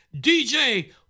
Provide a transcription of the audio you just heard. DJ